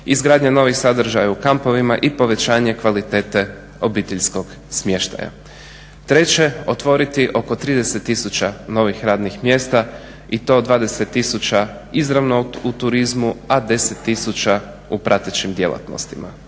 izgradnja novih sadržaja u kampovima i povećanje kvalitete obiteljskog smještaja. Treće, otvoriti oko 30 tisuća novih radnih mjesta i to 20 tisuća izravno u turizmu, a 10 tisuća u pratećim djelatnostima.